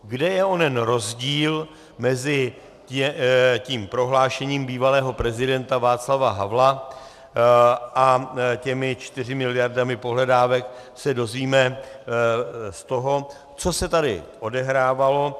Kde je onen rozdíl mezi tím prohlášením bývalého prezidenta Václava Havla a těmi 4 mld. pohledávek, se dozvíme z toho, co se tady odehrávalo.